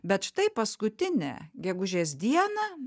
bet štai paskutinę gegužės dieną